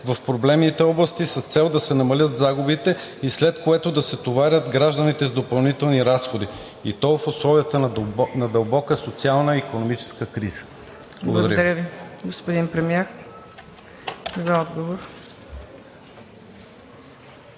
в проблемните области с цел да се намалят загубите и след което да се товарят гражданите с допълнителни разходи, и то в условията на дълбока социална и икономическа криза? Благодаря Ви. ПРЕДСЕДАТЕЛ